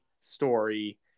story